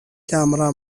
camera